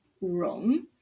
wrong